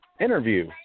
interview